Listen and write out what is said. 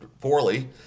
poorly